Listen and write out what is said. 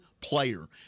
player